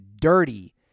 DIRTY